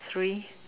three